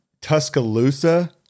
Tuscaloosa